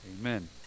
amen